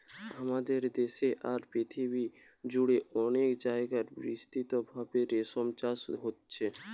আমাদের দেশে আর পৃথিবী জুড়ে অনেক জাগায় বিস্তৃতভাবে রেশম চাষ হচ্ছে